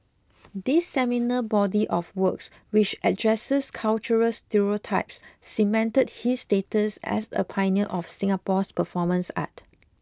this seminal body of works which addresses cultural stereotypes cemented his status as a pioneer of Singapore's performance art